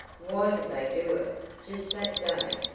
why did they do it just that day,